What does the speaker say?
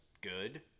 good